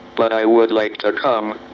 but i would like to come,